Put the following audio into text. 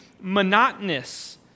monotonous